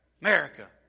America